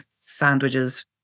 sandwiches